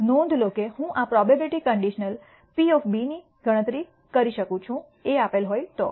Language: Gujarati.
તેથી નોંધ લો કે હું આ પ્રોબેબીલીટી કન્ડિશનલ P ની ગણતરી કરી શકું છું A આપેલ હોય તો